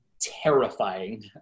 terrifying